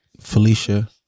Felicia